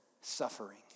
suffering